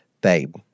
Babe